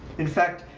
in fact,